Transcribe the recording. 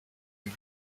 and